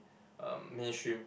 uh mainstream